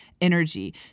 energy